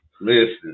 Listen